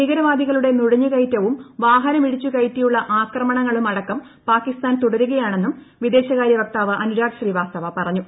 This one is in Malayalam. ഭീകരവാദികളുടെ നുഴഞ്ഞുകയറ്റവും വാഹനമിടിച്ചു കയറ്റിയുള്ള ആക്രമണങ്ങളും അടക്കം പാകിസ്താൻ നിർബാധം തുടരുകയാണെന്നും വിദേശകാര്യ വക്താവ് അനുരാഗ് ശ്രീവാസ്തവ പറഞ്ഞു